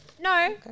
No